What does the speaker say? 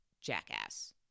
jackass